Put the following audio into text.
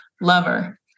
lover